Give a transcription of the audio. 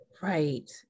Right